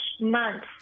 month